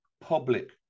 public